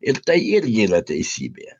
ir tai irgi yra teisybė